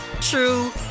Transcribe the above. true